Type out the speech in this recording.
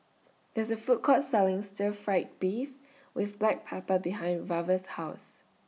There IS A Food Court Selling Stir Fry Beef with Black Pepper behind Reva's House